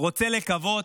רוצה לקוות,